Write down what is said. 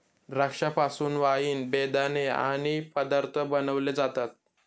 द्राक्षा पासून वाईन, बेदाणे आदी पदार्थ बनविले जातात